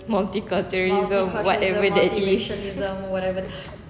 multiculturalism whatever it is